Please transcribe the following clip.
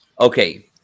Okay